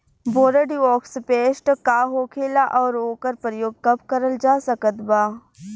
Bordeaux paste का होखेला और ओकर प्रयोग कब करल जा सकत बा?